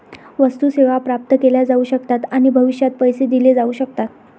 वस्तू, सेवा प्राप्त केल्या जाऊ शकतात आणि भविष्यात पैसे दिले जाऊ शकतात